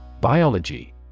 Biology